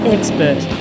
Expert